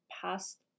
past